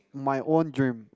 my own dream